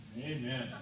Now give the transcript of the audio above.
Amen